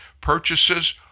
purchases